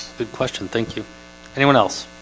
good question. thank you anyone else